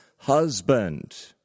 Husband